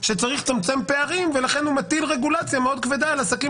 שצריך לצמצם פערים ולכן הוא מטיל רגולציה כבדה מאוד על עסקים